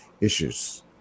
issues